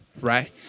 right